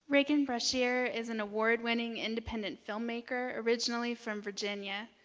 regan brashear is an award winning, independent film maker, originally from virginia,